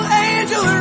angel